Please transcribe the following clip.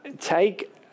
take